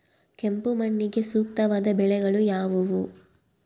ಕೆಂಪು ಮಣ್ಣಿಗೆ ಸೂಕ್ತವಾದ ಬೆಳೆಗಳು ಯಾವುವು?